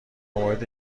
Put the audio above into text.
مورد